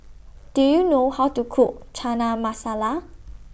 Do YOU know How to Cook Chana Masala